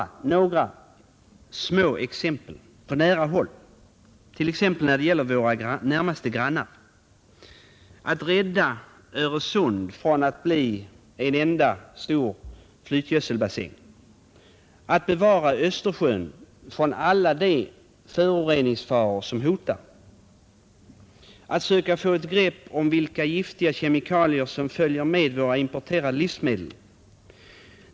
Några små exempel på nära håll, t.ex. när det gäller våra närmaste grannar: att rädda Öresund från att bli en enda stor flytgödselbassäng, att bevara Östersjön från alla de föroreningsfaror som hotar och att söka få ett grepp om vilka giftiga kemikalier som följer med våra importerade livsmedel.